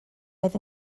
oedd